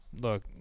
Look